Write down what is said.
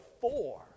four